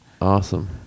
Awesome